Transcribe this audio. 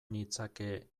nitzake